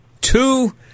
two